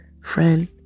Friend